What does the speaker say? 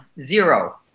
Zero